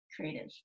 creative